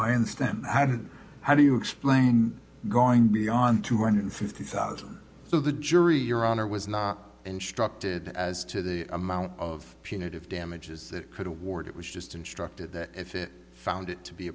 i understand are in stem how do you explain going beyond two hundred fifty thousand so the jury your honor was not instructed as to the amount of punitive damages that could award it was just instructed that if it found it to be